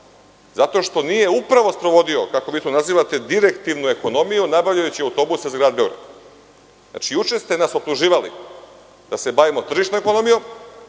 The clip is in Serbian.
zato što nije upravo sprovodio, kako vi to nazivate, direktivnu ekonomiju nabavljajući autobuse za grad Beograd. Juče ste nas optuživali da se bavimo tržišnom ekonomijom,